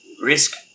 Risk